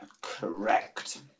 Correct